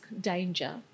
danger